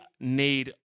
need